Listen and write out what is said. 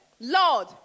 Lord